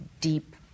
deep